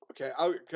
Okay